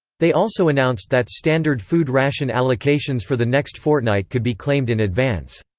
they also announced that standard food ration allocations for the next fortnight could be claimed in advance.